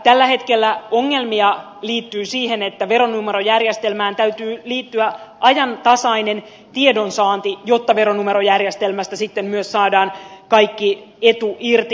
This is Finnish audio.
tällä hetkellä ongelmia liittyy siihen että veronumerojärjestelmään täytyy liittyä ajantasainen tiedonsaanti jotta veronumerojärjestelmästä sitten myös saadaan kaikki etu irti